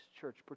church